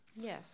Yes